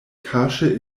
kaŝe